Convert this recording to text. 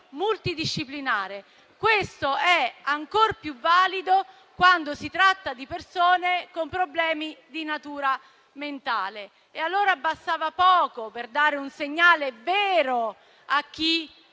multidisciplinare. Ciò è ancor più valido quando si tratta di persone con problemi di natura mentale. Allora, bastava poco per dare un segnale vero a chi